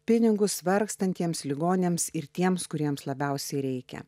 pinigus vargstantiems ligoniams ir tiems kuriems labiausiai reikia